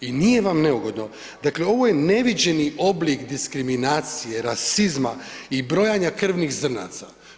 I nije vam neugodno, dakle ovo je neviđen oblik diskriminacije, rasizma i brojanja krvnih zrnaca.